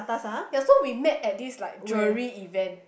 yea so we make at this like jewelry event